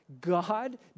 God